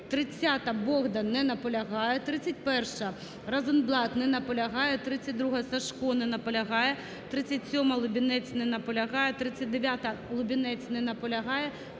30-а. Богдан. Не наполягає. 31-а. Розенблат. Не наполягає. 32-а. Сажко. Не наполягає. 37-а. Лубінець. Не наполягає. 39-а. Лубінець. Не наполягає.